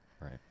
right